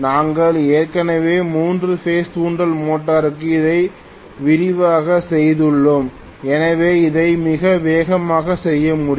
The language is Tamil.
நாங்கள் ஏற்கனவே மூன்று பேஸ் தூண்டல் மோட்டருக்கு இதை விரிவாக செய்துள்ளோம் எனவே இதை மிக வேகமாக செய்ய முடியும்